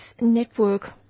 Network